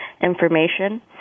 information